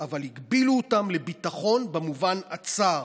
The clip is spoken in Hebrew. אבל הגבילו אותן לביטחון במובן הצר.